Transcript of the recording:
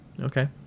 okay